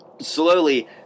slowly